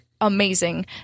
amazing